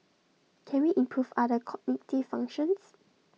can we improve other cognitive functions